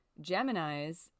Gemini's